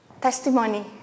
Testimony